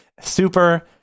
super